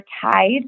tied